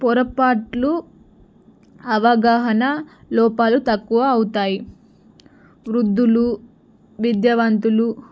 పొరపాట్లు అవగాహన లోపాలు తక్కువ అవుతాయి వృద్ధులు విద్యావంతులు